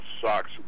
sucks